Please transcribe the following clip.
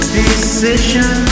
decision